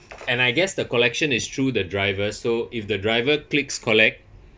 and I guess the collection is through the driver so if the driver clicks collect